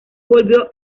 volvió